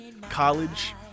college